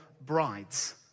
brides